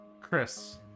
Chris